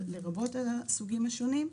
לרבות הסוגים השונים,